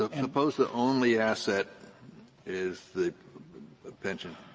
ah suppose the only asset is the pension.